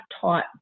taught